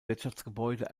wirtschaftsgebäude